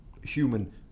Human